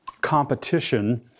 competition